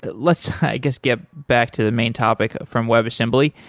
let's, i guess, get back to the main topic from web assembly.